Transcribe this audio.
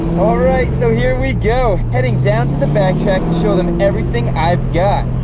alright, so here we go! heading down to the back track to show them everything i've got!